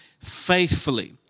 faithfully